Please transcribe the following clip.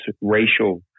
racial